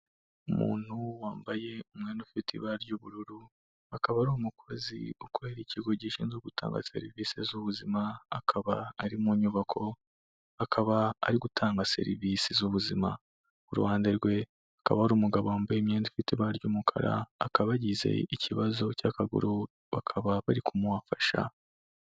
Umuntu wambaye umwenda ufite ibara ry'ubururu, akaba ari umukozi ukorera ikigo gishinzwe gutanga serivisi z'ubuzima, akaba ari mu nyubako, akaba ari gutanga serivisi z'ubuzima, ku ruhande rwe, hakaba hari umugabo wambaye imyenda ifite ibara ry'umukara, akaba yagize ikibazo cy'akaguru, bakaba bari kumufasha.